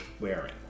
wearing